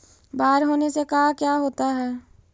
बाढ़ होने से का क्या होता है?